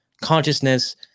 consciousness